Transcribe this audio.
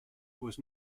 was